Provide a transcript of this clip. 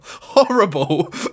horrible